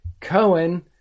Cohen